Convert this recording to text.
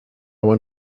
want